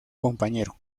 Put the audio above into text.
compañero